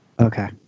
Okay